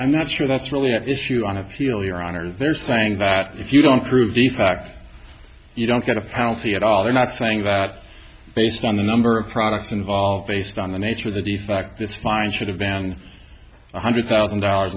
i'm not sure that's really an issue on appeal your honor they're saying that if you don't prove the fact you don't get a penalty at all they're not saying that based on the number of products involved based on the nature of the defect this fine should have been one hundred thousand dollars